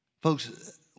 Folks